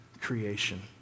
creation